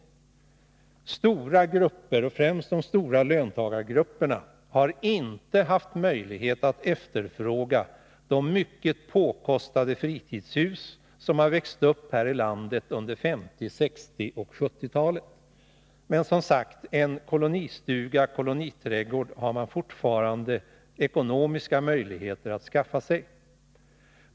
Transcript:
Stora grupper, främst de stora löntagargrupperna, har inte haft möjlighet att efterfråga de mycket påkostade fritidshus som har växt upp här i landet under 1950-, 1960 och 1970-talen. Men en kolonistuga och en koloniträdgård har man, som sagt, fortfarande ekonomiska möjligheter att skaffa sig.